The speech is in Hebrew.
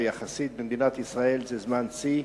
ויחסית במדינת ישראל זה זמן שיא.